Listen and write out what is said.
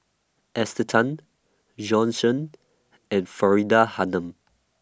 Esther Tan Bjorn Shen and Faridah Hanum